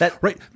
right